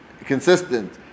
consistent